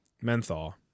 menthol